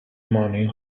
money